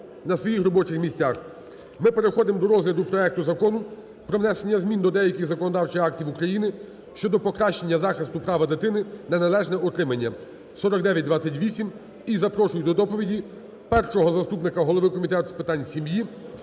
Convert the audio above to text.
на своїх робочих місцях. Ми переходимо до розгляду проекту Закону про внесення змін до деяких законодавчих актів України щодо покращення захисту права дитини на належне утримання (4928). І запрошую до доповіді першого заступника голови Комітету з питань сім'ї,